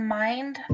mind